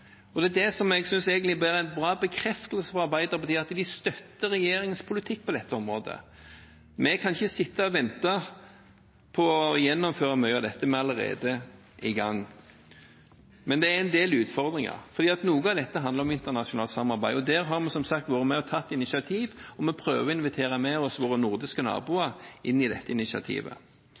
Det er det jeg synes egentlig blir en bra bekreftelse fra Arbeiderpartiet; de støtter regjeringens politikk på dette området. Vi kan ikke sitte og vente på å gjennomføre mye av dette – vi er allerede i gang. Men det er en del utfordringer, for noe av dette handler om internasjonalt samarbeid. Der har vi som sagt vært med og tatt initiativ, og vi prøver å invitere med oss våre nordiske naboer inn i dette initiativet.